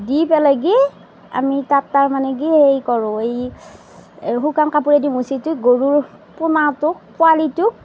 দি পেলাই কি আমি তাত তাৰমানে কি হেৰি কৰোঁ এই শুকান কাপোৰেদি মুচি দি গৰুৰ পোনাটোক পোৱালিটোক